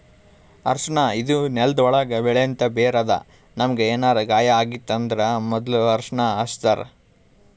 ಅರ್ಷಿಣ ಇದು ನೆಲ್ದ ಒಳ್ಗ್ ಬೆಳೆಂಥ ಬೇರ್ ಅದಾ ನಮ್ಗ್ ಏನರೆ ಗಾಯ ಆಗಿತ್ತ್ ಅಂದ್ರ ಮೊದ್ಲ ಅರ್ಷಿಣ ಹಚ್ತಾರ್